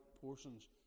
portions